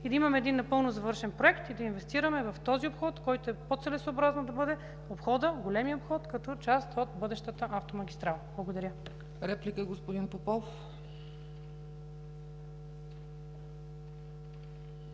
и да имаме един напълно завършен проект, и да инвестираме в този обход, който е по-целесъобразно да бъде големият обход като част от бъдещата автомагистрала. Благодаря. ПРЕДСЕДАТЕЛ ЦЕЦКА